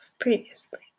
previously